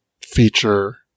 feature